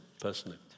personally